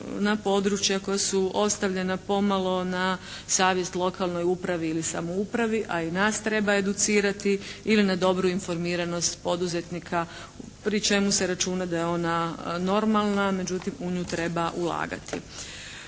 na područja koja su ostavljena pomalo na savjest lokalnoj upravi ili samoupravi. A i nas treba educirati ili na dobru informiranost poduzetnika pri čemu se računa da je ona normalna. Međutim u nju treba ulagati.